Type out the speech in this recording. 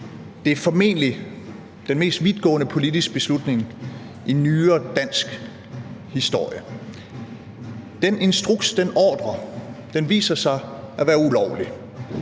Det er formentlig den mest vidtgående politiske beslutning i nyere dansk historie. Den instruks, den ordre, viser sig at være ulovlig.